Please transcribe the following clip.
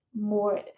more